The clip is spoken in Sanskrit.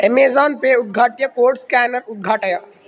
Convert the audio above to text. एमेजोन् पे उद्घाट्य कोड् स्कैनर् उद्घाटय